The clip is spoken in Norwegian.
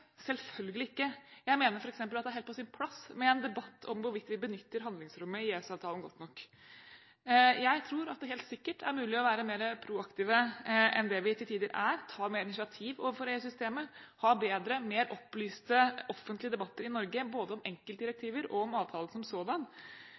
selvfølgelig ikke. Jeg mener f.eks. at det er helt på sin plass med en debatt om hvorvidt vi benytter handlingsrommet i EØS-avtalen godt nok. Jeg tror at det helt sikkert er mulig å være mer proaktiv enn det vi til tider er, ta mer initiativ overfor EU-systemet og ha bedre, mer opplyste offentlige debatter i Norge, både om